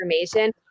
information